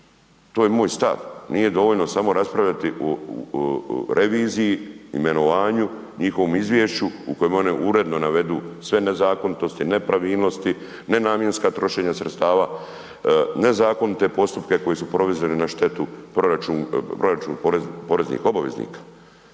To je moj stav, nije dovoljno samo raspravljati o reviziji, imenovanju, njihovom izvješću u kojem one uredno navedu sve nezakonitosti, nepravilnosti, nenamjenska trošenja sredstava, nezakonite postupke koji su .../Govornik se ne razumije./... na štetu proračun poreznih obveznika.